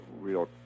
real